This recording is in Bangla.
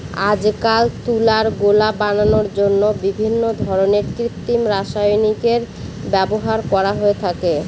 আজকাল তুলার গোলা বানানোর জন্য বিভিন্ন ধরনের কৃত্রিম রাসায়নিকের ব্যবহার করা হয়ে থাকে